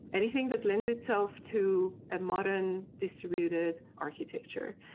anything that lends itself to a modern distributed architecture.